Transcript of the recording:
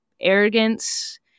arrogance